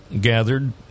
gathered